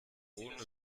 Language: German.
ohne